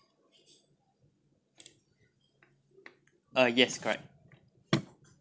uh yes correct